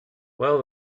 well